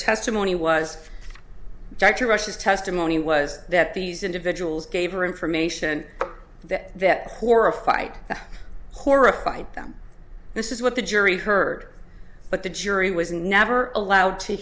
testimony was dr rush's testimony was that these individuals gave her information that that horrified horrified them this is what the jury heard but the jury was never allowed to